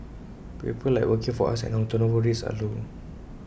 people like working for us and our turnover rates are low